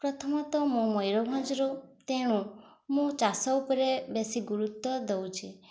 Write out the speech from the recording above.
ପ୍ରଥମତଃ ମୁଁ ମୟୂରଭଞ୍ଜରୁ ତେଣୁ ମୁଁ ଚାଷ ଉପରେ ବେଶୀ ଗୁରୁତ୍ୱ ଦେଉଛି